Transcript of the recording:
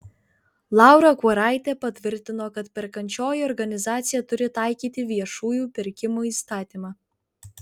laura kuoraitė patvirtino kad perkančioji organizacija turi taikyti viešųjų pirkimų įstatymą